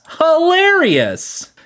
Hilarious